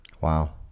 Wow